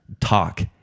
talk